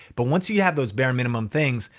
but once you you have those bare minimum things,